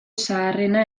zaharrena